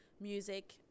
music